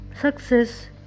success